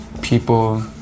People